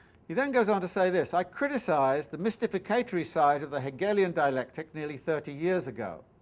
he then goes on to say this i criticized the mystificatory side of the hegelian dialectic nearly thirty years ago.